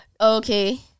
Okay